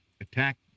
attack